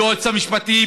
היועץ המשפטי,